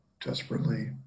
desperately